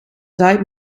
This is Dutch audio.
zuid